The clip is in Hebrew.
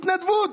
בהתנדבות.